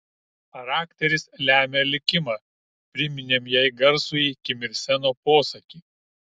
charakteris lemia likimą priminėm jai garsųjį kim ir seno posakį